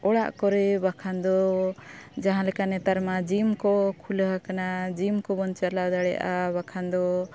ᱚᱲᱟᱜ ᱠᱚᱨᱮ ᱵᱟᱠᱷᱟᱱ ᱫᱚ ᱡᱟᱦᱟᱸ ᱞᱮᱠᱟ ᱱᱮᱛᱟᱨ ᱢᱟ ᱡᱤᱢ ᱠᱚ ᱠᱷᱩᱞᱟᱹᱣ ᱟᱠᱟᱱᱟ ᱡᱤᱢ ᱠᱚᱵᱚᱱ ᱪᱟᱞᱟᱣ ᱫᱟᱲᱮᱭᱟᱜᱼᱟ ᱵᱟᱠᱷᱟᱱ ᱫᱚ